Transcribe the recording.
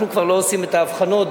אנחנו כבר לא עושים את ההבחנות,